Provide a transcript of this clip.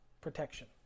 protection